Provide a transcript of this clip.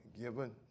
given